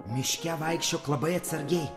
miške vaikščiok labai atsargiai